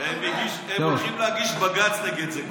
הם הולכים להגיש בג"ץ נגד זה.